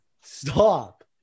stop